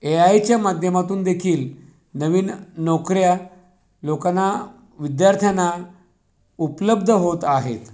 ए आयच्या माध्यमातूनदेखील नवीन नोकऱ्या लोकांना विद्यार्थ्यांना उपलब्ध होत आहेत